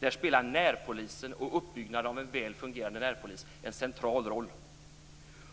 Där spelar närpolisen och uppbyggnaden av en väl fungerande närpolis en central roll.